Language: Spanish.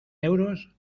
euros